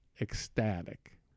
ecstatic